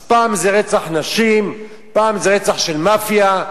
אז פעם זה רצח נשים, פעם זה רצח של מאפיה,